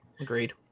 agreed